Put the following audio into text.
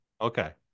Okay